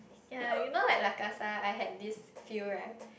ya you know like La-Casa I had this feel right